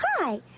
Hi